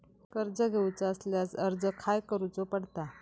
कर्ज घेऊचा असल्यास अर्ज खाय करूचो पडता?